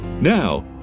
Now